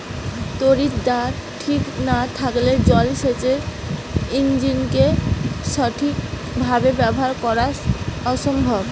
তড়িৎদ্বার ঠিক না থাকলে জল সেচের ইণ্জিনকে সঠিক ভাবে ব্যবহার করা অসম্ভব